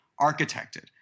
architected